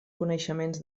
coneixements